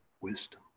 wisdom